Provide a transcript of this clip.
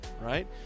right